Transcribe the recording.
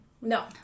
No